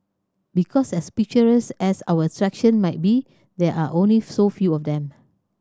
because as picturesque as our attraction might be there are only so few of them